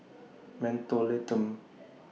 Mentholatum